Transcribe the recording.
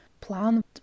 plan